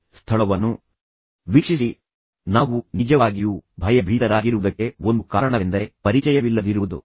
ಸ್ಥಳವನ್ನು ವೀಕ್ಷಿಸಿ ನಾವು ನಿಜವಾಗಿಯೂ ಭಯಭೀತರಾಗಿರುವುದಕ್ಕೆ ಒಂದು ಕಾರಣವೆಂದರೆ ಪರಿಚಯವಿಲ್ಲದಿರುವುದು